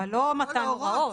אבל לא מתן הוראות.